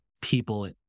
people